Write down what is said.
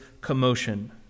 commotion